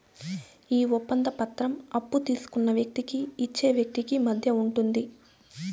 ఈ ఒప్పంద పత్రం అప్పు తీసుకున్న వ్యక్తికి ఇచ్చే వ్యక్తికి మధ్య ఉంటుంది